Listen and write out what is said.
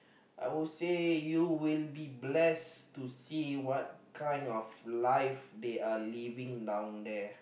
I would say you will be blessed to see what kind of life they are living down there